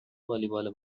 والیبال